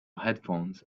headphones